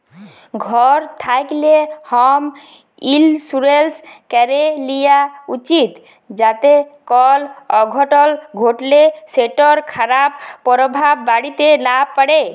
ঘর থ্যাকলে হম ইলসুরেলস ক্যরে লিয়া উচিত যাতে কল অঘটল ঘটলে সেটর খারাপ পরভাব বাড়িতে লা প্যড়ে